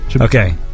Okay